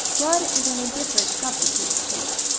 blood is an indifferent substitute for ink.